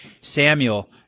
Samuel